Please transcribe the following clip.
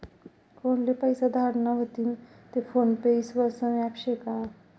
कोनले पैसा धाडना व्हतीन ते फोन पे ईस्वासनं ॲप शे का?